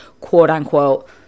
quote-unquote